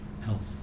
health